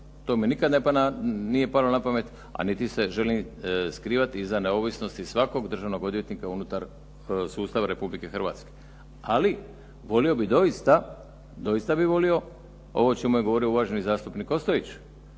to mi nikad nije palo na pamet a niti se želim skrivati iza neovisnosti svakog državnog odvjetnika unutar sustava Republike Hrvatske. Ali volio bih doista ovo o čemu je govorio uvaženi zastupnik Ostojić